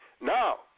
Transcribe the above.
Now